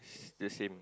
the same